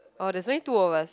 orh there's only two of us